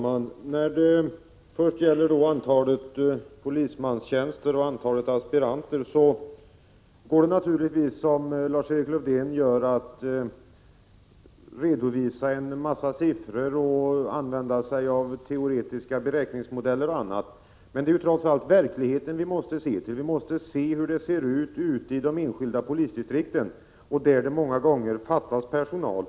Herr talman! När det gäller antalet polismanstjänster och antalet aspiranter kan man naturligtvis, som Lars-Erik Lövdén gjorde, redovisa en massa siffror och använda teoretiska beräkningsmodeller. Men vi måste trots allt se till verkligheten, vi måste se till hur det ser ut ute i de enskilda polisdistrikten, där det många gånger fattas personal.